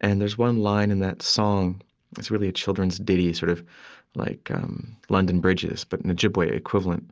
and there's one line in that song it's really a children's ditty sort of like london bridges, but an ojibwe equivalent